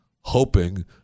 hoping